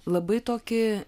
labai tokį